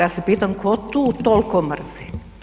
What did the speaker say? Ja se pitam tko tu toliko mrzi.